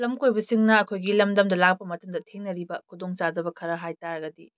ꯂꯝ ꯀꯣꯏꯕ ꯁꯤꯡꯅ ꯑꯩꯈꯣꯏꯒꯤ ꯂꯝꯗꯝꯗ ꯂꯥꯛꯄ ꯃꯇꯝꯗ ꯊꯦꯡꯅꯕꯔꯤꯕ ꯈꯨꯗꯣꯡ ꯆꯥꯗꯕ ꯈꯔ ꯍꯥꯏ ꯇꯥꯔꯒꯗꯤ